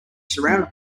surrounded